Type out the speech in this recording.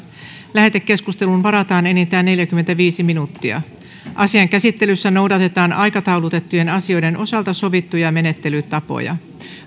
lähetekeskusteluun varataan enintään neljäkymmentäviisi minuuttia asian käsittelyssä noudatetaan aikataulutettujen asioiden osalta sovittuja menettelytapoja